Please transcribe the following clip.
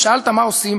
ושאלת מה עושים